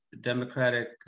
democratic